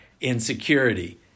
insecurity